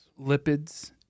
Lipids